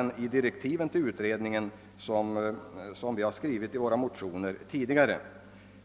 vi i direktiven till utredningen känner igen många uttalanden som vi tidigare gjort i våra motioner.